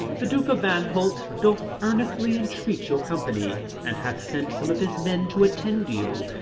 the duke of vanholt doth earnestly entreat your company, and hath sent some of his men to attend you,